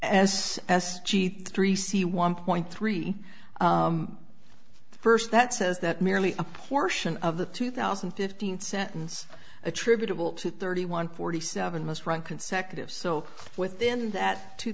as s g three c one point three the first that says that merely a portion of the two thousand and fifteen sentence attributable to thirty one forty seven must run consecutive so within that two